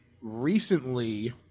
recently